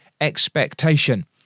expectation